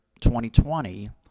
2020